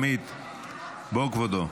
בוא, כבודו.